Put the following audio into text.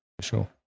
sure